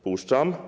Puszczam.